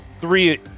three